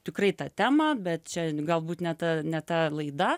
tikrai tą temą bet čia galbūt ne ta ne ta laida